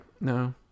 no